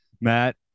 Matt